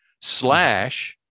slash